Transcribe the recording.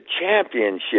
championship